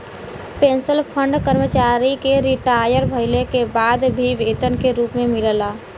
pension fund कर्मचारी के retire भइले के बाद भी वेतन के रूप में मिलला